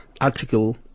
article